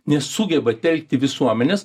nesugeba telkti visuomenės